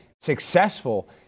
successful